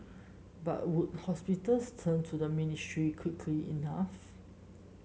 but would hospitals turn to the ministry quickly enough